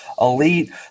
elite